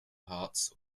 parts